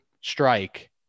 strike